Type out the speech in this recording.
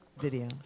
video